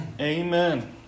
Amen